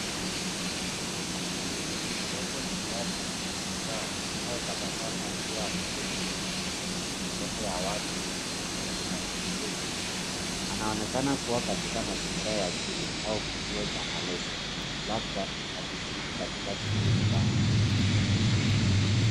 Huyu ni mtoto mvulana mwenye furaha anayetabasamu kwa zamu akiwa ameketi kwenye meza na mikono ya watu wengine ikionekana pembeni. Anaonekana kuwa katika mazingira ya shule au kituo cha malezi. Labda akishiriki katika shughuli fulani.